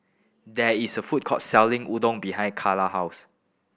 there is a food court selling Udon behind Kylan house